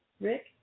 Rick